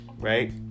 right